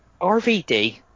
RVD